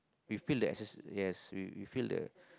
we fill the access~ yes we feel the